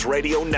Radio